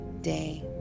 day